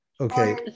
Okay